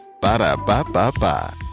Ba-da-ba-ba-ba